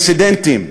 לאינסידנטים,